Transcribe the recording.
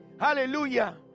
Hallelujah